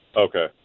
Okay